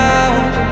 out